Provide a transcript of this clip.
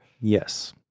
Yes